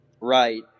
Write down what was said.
right